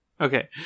Okay